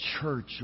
church